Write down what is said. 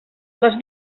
les